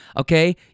okay